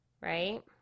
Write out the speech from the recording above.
right